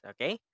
Okay